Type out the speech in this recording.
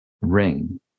ring